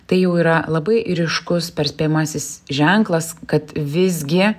tai jau yra labai ryškus perspėjamasis ženklas kad visgi